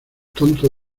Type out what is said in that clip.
tonto